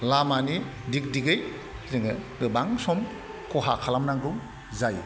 लामानि दिग दिगै जोङो गोबां सम खहा खालामनांगौ जायो